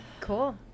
Cool